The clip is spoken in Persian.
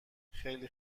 خیلی